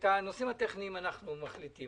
את הנושאים הטכניים אנחנו מחליטים.